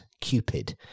Cupid